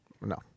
No